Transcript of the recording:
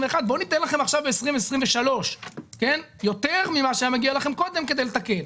בואו ניתן לכם עכשיו ב-2023 יותר ממה שהיה מגיע לכם קודם כדי לתקן.